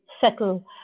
settle